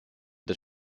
des